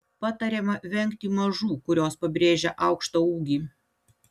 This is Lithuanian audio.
patariama vengti mažų kurios pabrėžia aukštą ūgį